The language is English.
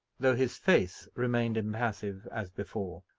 though his face remained impassive as before.